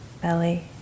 belly